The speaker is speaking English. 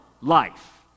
life